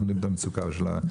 אנחנו יודעים את המצוקה של הפקקים,